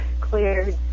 clear